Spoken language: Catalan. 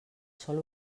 sòl